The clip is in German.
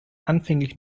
anfänglich